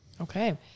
Okay